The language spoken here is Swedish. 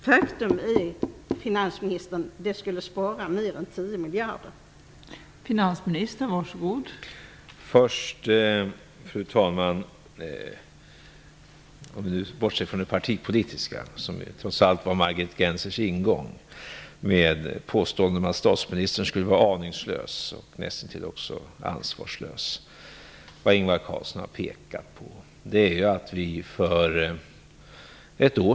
Faktum är, finansministern, att vi skulle spara mer än 10 miljarder kronor!